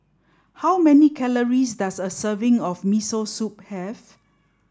how many calories does a serving of Miso Soup have